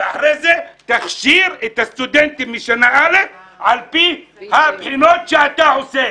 ואחרי זה תכשיר את הסטודנטים משנה א' על פי הבחינות שאתה עושה.